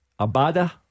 Abada